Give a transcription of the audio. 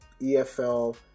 EFL